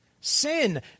Sin